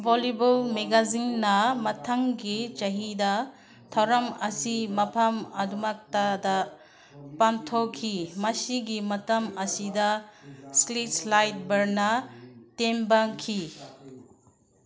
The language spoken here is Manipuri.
ꯕꯣꯜꯂꯤꯕꯣꯜ ꯃꯦꯒꯥꯖꯤꯟꯅꯥ ꯃꯊꯪꯒꯤ ꯆꯍꯤꯗ ꯊꯧꯔꯝ ꯑꯁꯤ ꯃꯐꯝ ꯑꯗꯨꯃꯛꯇꯗ ꯄꯥꯡꯊꯣꯛꯈꯤ ꯃꯁꯤꯒꯤ ꯃꯇꯝ ꯑꯁꯤꯗ ꯏꯁꯂꯤꯠꯁ ꯂꯥꯏꯠ ꯕꯔꯅꯥ ꯇꯦꯡꯕꯥꯡꯈꯤ